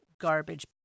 garbage